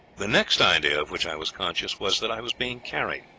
the next idea of which i was conscious was that i was being carried.